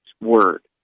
word